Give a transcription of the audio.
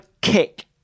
kick